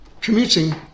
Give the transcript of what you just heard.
commuting